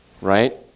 Right